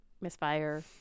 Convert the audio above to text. misfire